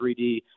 3D